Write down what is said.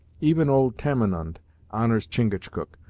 even old tamenund honors chingachgook,